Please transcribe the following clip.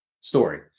story